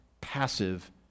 passive